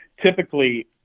Typically